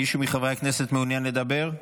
מישהו מחברי הכנסת מעוניין לדבר?